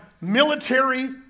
military